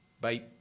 Bye